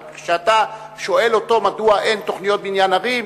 אבל כשאתה שואל אותו מדוע אין תוכניות בניין ערים,